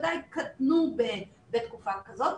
שבוודאי קטנו בתקופה כזאת.